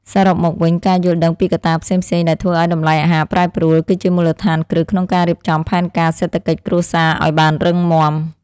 សរុបមកវិញ ការយល់ដឹងពីកត្តាផ្សេងៗដែលធ្វើឱ្យតម្លៃអាហារប្រែប្រួល គឺជាមូលដ្ឋានគ្រឹះក្នុងការរៀបចំផែនការសេដ្ឋកិច្ចគ្រួសារឱ្យបានរឹងមាំ។